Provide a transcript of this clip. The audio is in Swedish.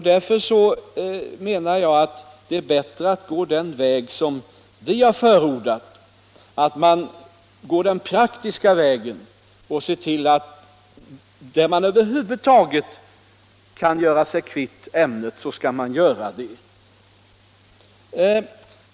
Därför tycker jag att det är bättre att gå den väg vi har förordat, nämligen den praktiska vägen, och se till att man gör sig kvitt ett farligt ämne där det över huvud taget finns en möjlighet till detta.